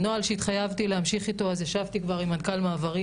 לגבי הנוהל שהתחייבתי להמשיך איתו ישבתי עליו כבר עם מנכ"ל מעברים,